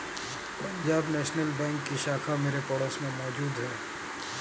Punjab National Bank की शाखा मेरे पड़ोस में मौजूद है